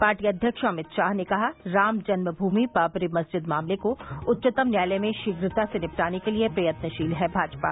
party अध्यक्ष अमित शाह ने कहा राम जन्मभूमि बाबरी मस्जिद मामले को उच्चतम न्यायालय में शीघ्रता से निपटाने के लिए प्रयत्नशील है भाजपा